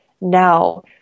now